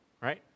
right